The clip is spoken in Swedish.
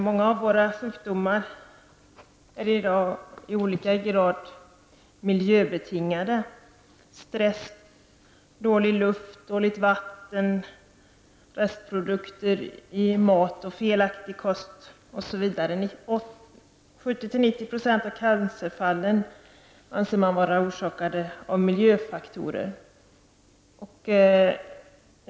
Många av våra sjukdomar är i dag i olika hög grad miljöbetingade -- stress, dålig luft, dåligt vatten, restprodukter i mat, felaktig kost osv. 70--90 % av cancerfallen anses vara orsakade av miljöfaktorer.